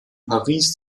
paris